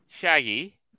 Shaggy